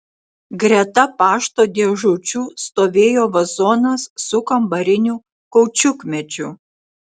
greta pašto dėžučių stovėjo vazonas su kambariniu kaučiukmedžiu